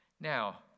Now